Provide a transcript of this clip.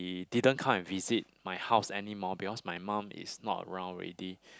didn't come and visit my house anymore because my mom is not around already